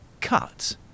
cut